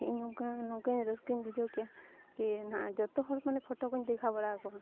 ᱤᱧ ᱱᱚᱝᱠᱟ ᱱᱚᱝᱠᱟᱧ ᱨᱟᱹᱥᱠᱟᱹᱧ ᱵᱩᱡᱷᱟᱹᱣ ᱠᱮᱜᱼᱟ ᱠᱤ ᱱᱟᱜ ᱡᱷᱚᱛᱚ ᱦᱚᱲ ᱢᱟᱱᱮ ᱯᱷᱳᱴᱳ ᱠᱚᱧ ᱫᱮᱠᱷᱟᱣ ᱵᱟᱲᱟᱣ ᱠᱚᱣᱟ